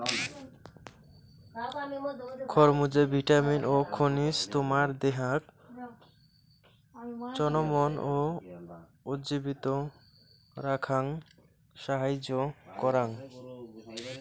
খরমুজে vitamin ও খনিজ তোমার দেহাক চনমন ও উজ্জীবিত রাখাং সাহাইয্য করাং